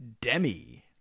demi